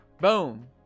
boom